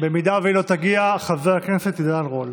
לא תגיע, חבר הכנסת עידן רול.